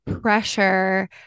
pressure